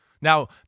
Now